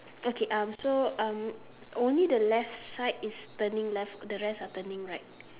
okay um so um only the left side is turning left the rest are turning right